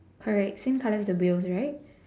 alright same colour as the wheels right